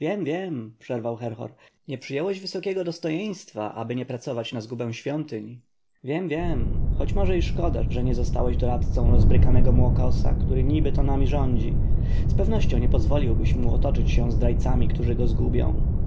wiem wiem przerwał herhor nie przyjąłeś wysokiego dostojeństwa aby nie pracować na zgubę świątyń wiem wiem choć może i szkoda że nie zostałeś doradcą rozbrykanego młokosa który niby to nami rządzi z pewnością nie pozwoliłbyś mu otoczyć się zdrajcami którzy go zgubią